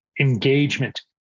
engagement